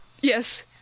yes